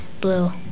blue